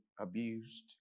abused